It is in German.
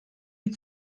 die